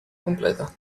completa